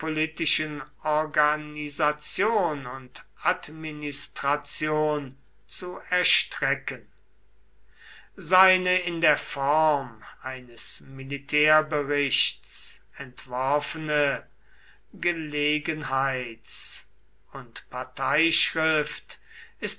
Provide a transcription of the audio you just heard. organisation und administration zu erstrecken seine in der form eines militärberichts entworfene gelegenheits und parteischrift ist